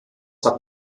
hat